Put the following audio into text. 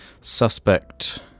suspect